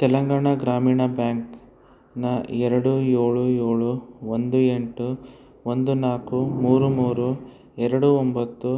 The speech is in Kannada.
ತೆಲಂಗಾಣ ಗ್ರಾಮೀಣ ಬ್ಯಾಂಕ್ನ ಎರಡು ಏಳು ಏಳು ಒಂದು ಎಂಟು ಒಂದು ನಾಲ್ಕು ಮೂರು ಮೂರು ಎರಡು ಒಂಬತ್ತು